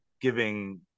giving